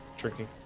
tricky